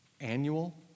annual